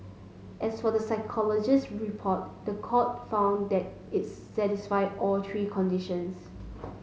as for the psychologist's report the court found that it's satisfied all three conditions